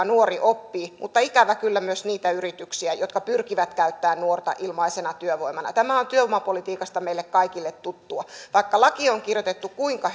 nuori oppii mutta ikävä kyllä myös niitä yrityksiä jotka pyrkivät käyttämään nuorta ilmaisena työvoimana tämä on työvoimapolitiikasta meille kaikille tuttua vaikka laki on kirjoitettu kuinka